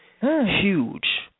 huge